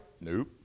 nope